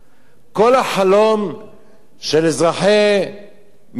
כל החלום של אזרחי מצרים,